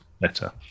better